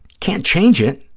can't change it,